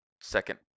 second